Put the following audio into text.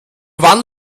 wand